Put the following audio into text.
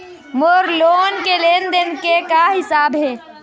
मोर loan के लेन देन के का हिसाब हे?